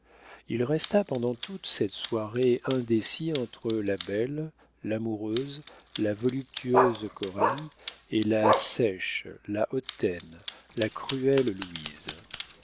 il resta pendant toute cette soirée indécis entre la belle l'amoureuse la voluptueuse coralie et la sèche la hautaine la cruelle louise